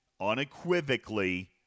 unequivocally